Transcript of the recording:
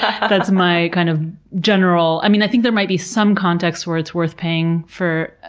ah ah that's my kind of, general. i mean i think there might be some contexts where it's worth paying for